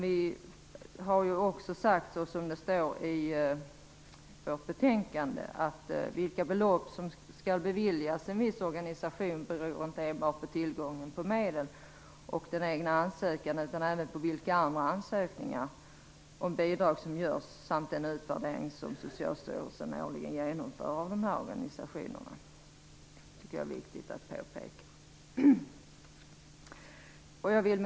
Vi har också sagt, och det står också i vårt betänkande, att vilka belopp som skall beviljas en viss organisation beror inte enbart på tillgången på medel och den egna ansökan utan även på vilka andra ansökningar om bidrag som görs samt den utvärdering som Socialstyrelsen årligen genomför av dessa organisationer. Jag tycker att det är viktigt att påpeka det. Herr talman!